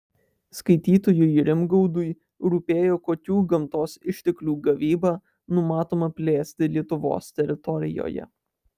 skaitytojui rimgaudui rūpėjo kokių gamtos išteklių gavybą numatoma plėsti lietuvos teritorijoje